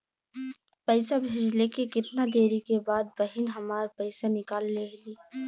पैसा भेजले के कितना देरी के बाद बहिन हमार पैसा निकाल लिहे?